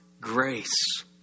grace